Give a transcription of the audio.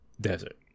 desert